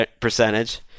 percentage